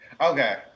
Okay